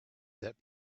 that